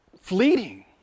fleeting